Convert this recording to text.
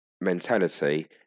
mentality